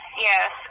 Yes